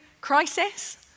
crisis